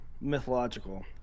mythological